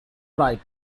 right